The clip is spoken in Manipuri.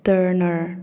ꯇꯔꯅꯔ